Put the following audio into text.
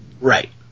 Right